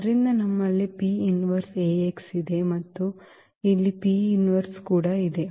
ಆದ್ದರಿಂದ ನಮ್ಮಲ್ಲಿ ಇದೆ ಮತ್ತು ಇಲ್ಲಿ ಕೂಡ ಇದೆ